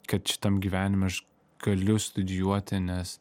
kad šitam gyvenime aš galiu studijuoti nes